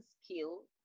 skill